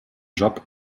job